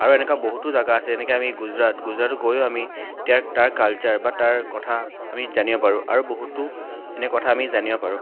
আৰু এনেকুৱা বহুতো জাগা আছে যেনেকৈ আমি গুজৰাট গুজৰাট গৈও আমি তাৰ তাৰ কলাচৰ বা তাৰ কথা আমি জানিব পাৰোঁ আৰু বহুতো এনে কথা আমি জানিব পাৰোঁ